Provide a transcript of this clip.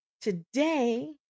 Today